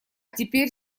теперь